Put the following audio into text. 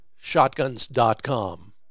shotguns.com